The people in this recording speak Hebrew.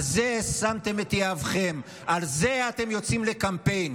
על זה שמתם את יהבכם, על זה אתם יוצאים לקמפיין.